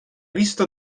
visto